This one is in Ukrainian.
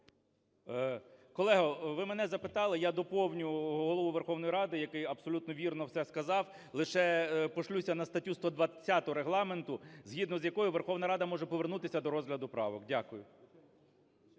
Колего, ви мене запитали. Я доповню Голову Верховної Ради, який абсолютно вірно все сказав, лише пошлюся на статтю 120 Регламенту, згідно з якою Верховна Рада може повернутися до розгляду правок. Дякую.